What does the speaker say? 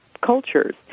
cultures